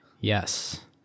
Yes